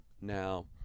Now